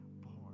born